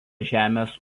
žemės